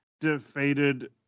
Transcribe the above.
defeated